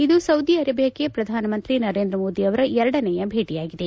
ಇದು ಸೌದಿ ಅರೇಬಿಯಾಕ್ಷೆ ಪ್ರಧಾನಿ ನರೇಂದ್ರ ಮೋದಿ ಅವರ ಎರಡನೇ ಭೇಟಿಯಾಗಿದೆ